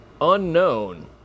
unknown